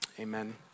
Amen